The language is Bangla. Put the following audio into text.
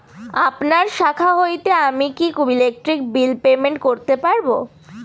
আপনার শাখা হইতে আমি কি ইলেকট্রিক বিল পেমেন্ট করতে পারব?